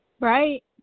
Right